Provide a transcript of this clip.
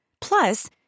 Plus